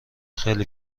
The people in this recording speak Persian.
خیلی